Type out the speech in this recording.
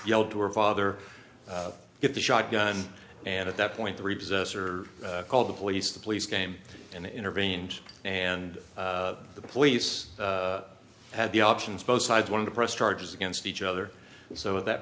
yelled to her father get the shotgun and at that point the repossess or called the police the police came and intervened and the police had the options both sides wanted to press charges against each other so at that